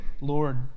Lord